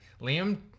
liam